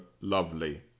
lovely